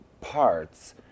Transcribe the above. parts